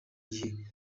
gihe